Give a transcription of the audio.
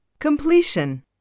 completion